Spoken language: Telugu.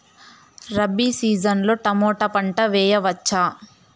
రబి సీజన్ లో టమోటా పంట వేయవచ్చా?